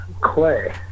clay